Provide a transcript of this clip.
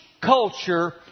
culture